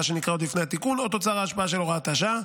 שניכרה עוד לפני התיקון או תוצר ההשפעה של הוראת השעה.